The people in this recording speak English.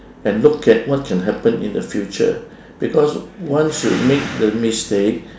and look at what can happen in the future because once you make the mistake